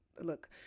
look